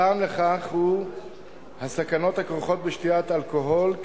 הטעם לכך הוא הסכנות הכרוכות בשתיית אלכוהול,